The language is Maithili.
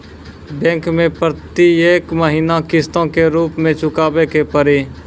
बैंक मैं प्रेतियेक महीना किस्तो के रूप मे चुकाबै के पड़ी?